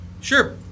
sure